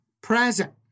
present